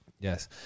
Yes